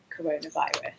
coronavirus